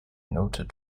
noted